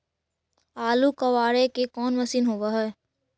आलू कबाड़े के कोन मशिन होब है?